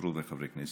חברות וחברי כנסת,